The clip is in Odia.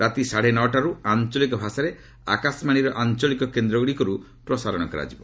ରାତି ସାଢ଼େ ନଅଟାରୁ ଆଞ୍ଚଳିକ ଭାଷାରେ ଆକାଶବାଣୀର ଆଞ୍ଚଳିକ କେନ୍ଦ୍ରଗୁଡ଼ିକରୁ ପ୍ରସାରଣ କରାଯିବ